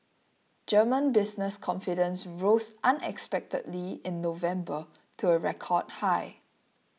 German business confidence rose unexpectedly in November to a record high